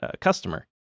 customer